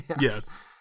Yes